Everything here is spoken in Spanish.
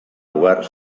lugar